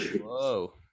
Whoa